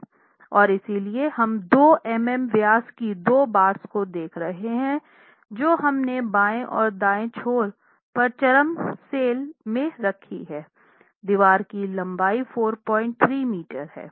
और इसलिए हम 2 मिमी व्यास की दो बार्स को देख रहे हैं जो हमने बाएं और दाएं छोर पर चरम सेल में रखी हैं दीवार की लंबाई 43 मीटर है